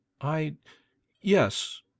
I—yes